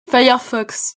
firefox